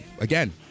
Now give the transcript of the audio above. again